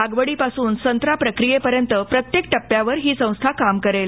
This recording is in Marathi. लागवडीपासून संत्रा प्रक्रियेपर्यंत प्रत्येक टप्प्यावर ही संस्था काम करेल